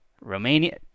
Romania